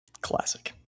Classic